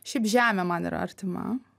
šiaip žemė man yra artima